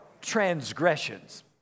transgressions